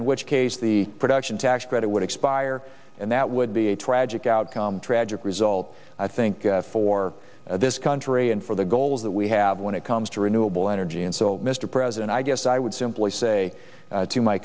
in which case the production tax credit would expire and that would be a tragic outcome tragic result i think for this country and for the goals that we have when it comes to renewable energy and so mr president i guess i would simply say to my